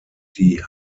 die